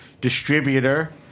distributor